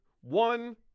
one